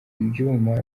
ibyuma